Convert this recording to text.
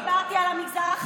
לא דיברתי על המגזר החרדי.